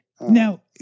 Now